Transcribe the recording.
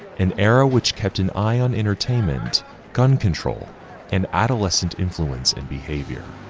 an era which kept an eye on entertainment gun control and adolescent influence and behavior.